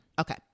Okay